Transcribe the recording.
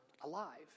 alive